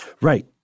Right